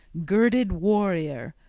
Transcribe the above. girded warrior.